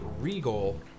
regal